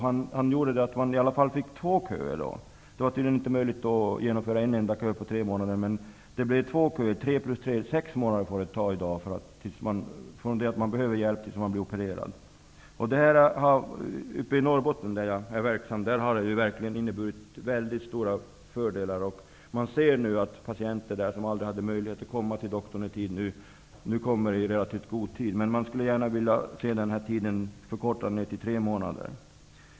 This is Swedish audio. Han såg till att det i alla fall blev två köer. Det var tydligen inte möjligt att genomföra en enda kö med tre månaders väntetid, utan det blev två köer. Det tar i dag sex månader, tre plus tre, från det att man behöver hjälp till dess att man blir opererad. Uppe i Norrbotten, där jag är verksam, har detta verkligen inneburit stora fördelar. Man ser nu att patienter, som förut aldrig hade möjlighet att i tid komma till doktorn, nu kommer i relativt god tid. Men jag skulle vilja se denna väntetid förkortad till tre månader.